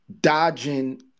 dodging